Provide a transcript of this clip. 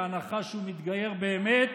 בהנחה שהוא מתגייר באמת,